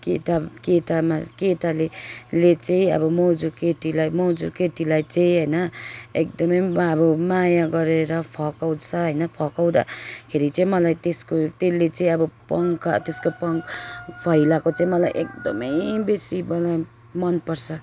केटा केटामा केटाले ले चाहिँ अब मजुर केटीलाई मजुर केटीलाई चाहिँ होइन एकदमै अब माया गरेर फकाउँछ होइन फकाउँदाखेरि चाहिँ मलाई त्यसको त्यसले चाहिँ अब पङ्ख त्यसको पङ्ख फैलाएको चाहिँ मलाई एकदमै बेसी मलाई मनपर्छ